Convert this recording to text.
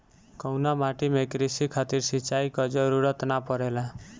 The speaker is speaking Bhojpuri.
कउना माटी में क़ृषि खातिर सिंचाई क जरूरत ना पड़ेला?